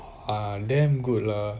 ah damn good lah